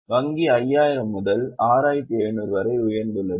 வங்கி 5000 முதல் 6700 வரை உயர்ந்துள்ளது